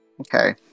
Okay